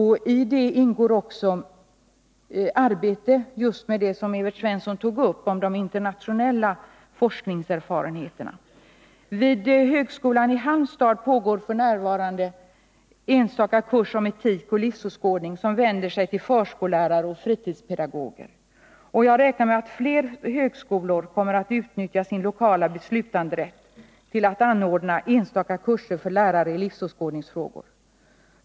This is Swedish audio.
Här ingår arbete med det som Evert Svensson tog upp, nämligen de internationella forskningserfarenheterna. Vid högskolan i Halmstad pågår f. n. en kurs i etik och livsåskådning, som vänder sig till förskollärare och fritidspedagoger. Jag räknar med att fler högskolor kommer att utnyttja sin lokala beslutanderätt till att anordna enstaka kurser för lärare i livsåskådningsfrågor.